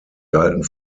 galten